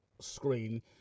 screen